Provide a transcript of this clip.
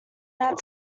that